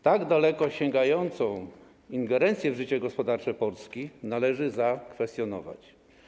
Tak daleko sięgającą ingerencję w życie gospodarcze Polski należy zakwestionować.